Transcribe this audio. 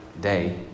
day